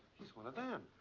he's one of them.